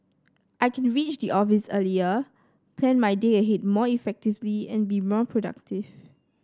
I can reach the office earlier plan my day ahead more effectively and be more productive